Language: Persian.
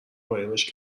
قایمش